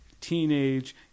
teenage